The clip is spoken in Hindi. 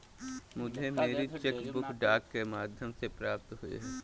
मुझे मेरी चेक बुक डाक के माध्यम से प्राप्त हुई है